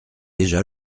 déjà